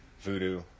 voodoo